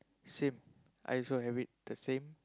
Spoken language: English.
same I also have it the same